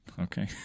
okay